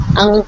ang